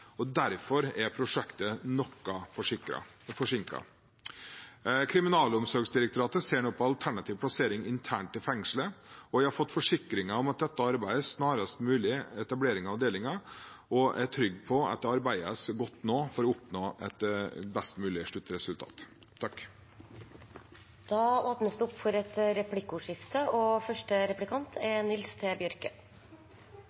og derfor er prosjektet noe forsinket. Kriminalomsorgsdirektoratet ser nå på alternativ plassering internt i fengselet. Jeg har fått forsikringer om at det arbeides for snarest mulig etablering av avdelingen, og er trygg på at det nå arbeides godt for å oppnå et best mulig sluttresultat. Det blir replikkordskifte. Ministeren nemnde sjølv i innlegget sitt at ein del av utfordringa med isolasjon er